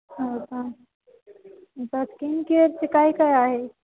हो का स्कीन केअरचे काय काय आहे